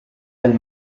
del